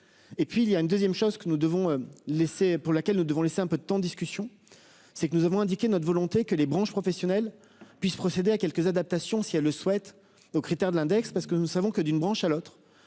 chose que nous devons laisser pour laquelle nous devons laisser un peu de temps. Discussion. C'est que nous avons indiqué notre volonté que les branches professionnelles puissent procéder à quelques adaptations, si elles le souhaitent aux critères de l'index parce que nous savons que d'une branche à l'autre